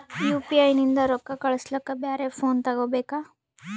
UPI ನಿಂದ ರೊಕ್ಕ ಕಳಸ್ಲಕ ಬ್ಯಾರೆ ಫೋನ ತೋಗೊಬೇಕ?